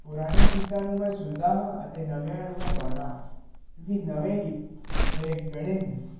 ਪੁਰਾਣੇ ਗੀਤਾਂ ਨੂੰ ਮੈਂ ਸੁਣਦਾ ਅਤੇ ਨਵਿਆਂ ਨੂੰ ਮੈਂ ਗਾਉਂਦਾ ਕਿਉਂਕਿ ਨਵੇਂ ਗੀਤ ਮੇਰੇ ਗਾਣੇ